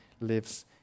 lives